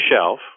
shelf